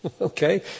okay